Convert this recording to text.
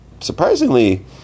surprisingly